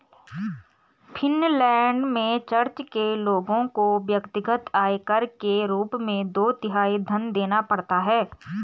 Finland में church के लोगों को व्यक्तिगत आयकर के रूप में दो तिहाई धन देना पड़ता है